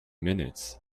minutes